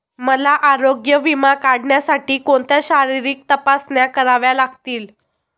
मला आरोग्य विमा काढण्यासाठी कोणत्या शारीरिक तपासण्या कराव्या लागतील?